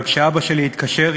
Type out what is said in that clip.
אבל כשאבא שלי התקשר,